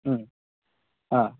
ಹ್ಞೂ ಹಾಂ